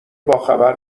باخبر